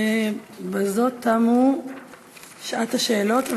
בזאת תמה שעת השאלות.